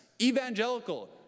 evangelical